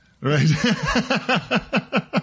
Right